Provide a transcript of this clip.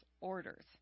orders